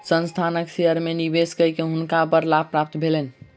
संस्थानक शेयर में निवेश कय के हुनका बड़ लाभ प्राप्त भेलैन